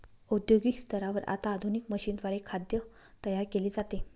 औद्योगिक स्तरावर आता आधुनिक मशीनद्वारे खाद्य तयार केले जाते